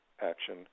action